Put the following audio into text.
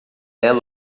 ela